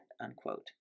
unquote